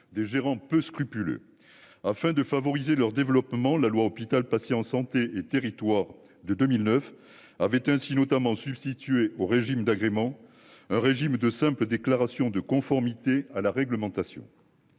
des gérants peu scrupuleux. Afin de favoriser leur développement. La loi hôpital, patients, santé et territoires de 2009 avait ainsi notamment substituer au régime d'agrément. Un régime de simple déclaration de conformité à la réglementation.